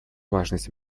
важность